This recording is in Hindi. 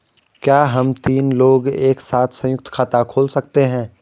क्या हम तीन लोग एक साथ सयुंक्त खाता खोल सकते हैं?